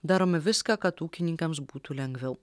darome viską kad ūkininkams būtų lengviau